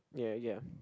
ya ya